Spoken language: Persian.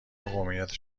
قومیت